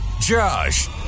Josh